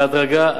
בהדרגה,